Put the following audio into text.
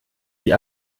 die